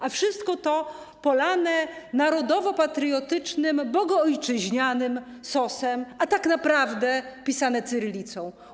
A wszystko to jest polane narodowo-patriotycznym bogoojczyźnianym sosem, a tak naprawdę - pisane cyrylicą.